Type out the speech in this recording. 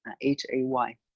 H-A-Y